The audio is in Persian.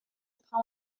پام